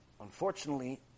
unfortunately